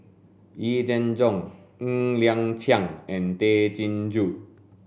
Yee Jenn Jong Ng Liang Chiang and Tay Chin Joo